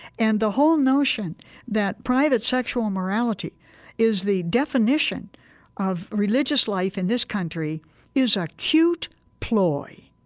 and the whole notion that private sexual morality is the definition of religious life in this country is a cute ploy.